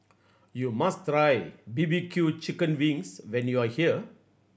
you must try B B Q chicken wings when you are here